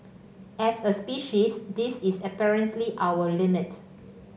as a species this is apparently our limit